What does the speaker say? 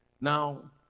now